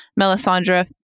Melisandre